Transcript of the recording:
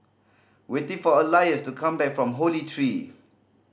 waiting for Elias to come back from Holy Tree